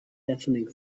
deafening